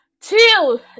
Two